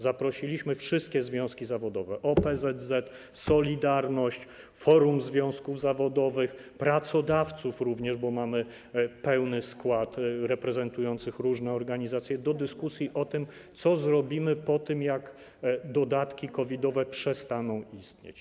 Zaprosiliśmy wszystkie związki zawodowe: OPZZ, „Solidarność”, Forum Związków Zawodowych, również pracodawców, bo mamy pełny skład, reprezentujących różne organizacje, do dyskusji o tym, co zrobimy po tym, jak dodatki COVID-owe przestaną istnieć.